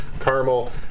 caramel